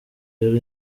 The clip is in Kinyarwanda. rero